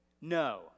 No